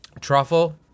Truffle